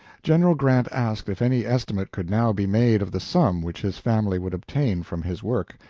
general grant asked if any estimate could now be made of the sum which his family would obtain from his work,